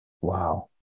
Wow